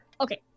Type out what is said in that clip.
Okay